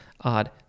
odd